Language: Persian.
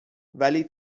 ولی